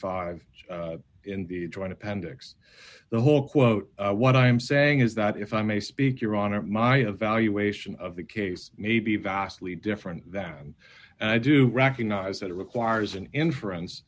five in the joint appendix the whole quote what i'm saying is that if i may speak your honor my evaluation of the case may be vastly different than i do recognize that it requires an inferen